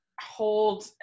hold